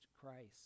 Christ